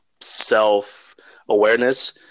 self-awareness